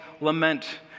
lament